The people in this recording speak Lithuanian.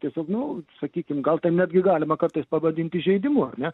tiesiog nu sakykim gal ten netgi galima kartais pavadint įžeidimu ar ne